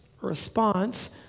response